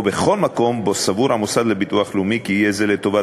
או בכל מקום שבו סבור המוסד לביטוח לאומי כי יהיה זה לטובת